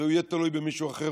ויהיה תלוי במישהו אחר.